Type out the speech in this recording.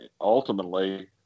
Ultimately